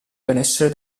benessere